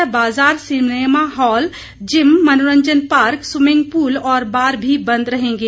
इसी तरह बाजार सिनेमाहाल जिम मनोरंजन पार्क स्वीमिंग पुल और बार भी बंद रहेंगे